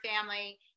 family